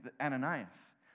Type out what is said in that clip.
Ananias